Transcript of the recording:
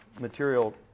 material